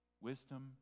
Wisdom